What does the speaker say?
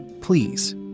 please